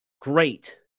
Great